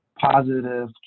positive